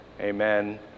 amen